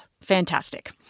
Fantastic